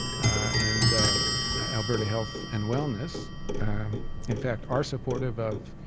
and alberta health and wellness in fact are supportive of